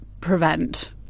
prevent